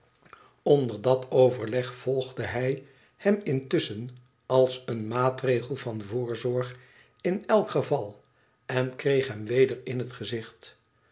onder dat overleg volgde hij hem intusschen als een maatregel van voorzorg in elk geval en kreeg hem weder in het gezicht